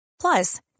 Plus